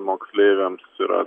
moksleiviams yra